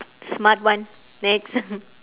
smart one next